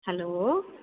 hello